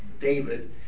David